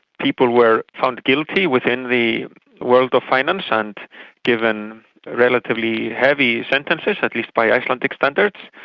people were found guilty within the world of finance and given relatively heavy sentences, at least by icelandic standards,